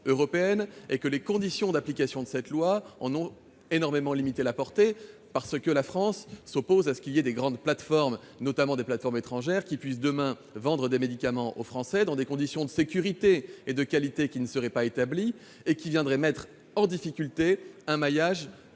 européenne, et que les conditions d'application fixées par le projet de loi en limitent énormément la portée, parce que la France s'oppose à ce que de grandes plateformes, notamment étrangères, puissent, demain, vendre des médicaments aux Français dans des conditions de sécurité et de qualité qui ne seraient pas établies et qui viendraient mettre en difficulté le maillage